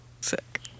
Sick